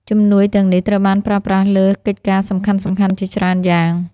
ជំនួយទាំងនេះត្រូវបានប្រើប្រាស់លើកិច្ចការសំខាន់ៗជាច្រើនយ៉ាង។